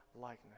likeness